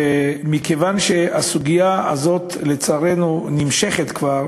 מכיוון שהסוגיה הזאת, לצערנו, נמשכת כבר,